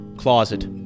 Closet